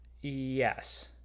Yes